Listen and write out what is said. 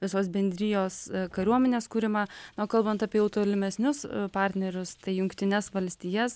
visos bendrijos kariuomenės kūrimą o kalbant apie jau tolimesnius partnerius tai jungtines valstijas